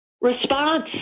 response